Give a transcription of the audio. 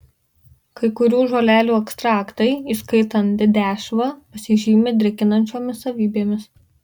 kai kurių žolelių ekstraktai įskaitant dedešvą pasižymi drėkinančiomis savybėmis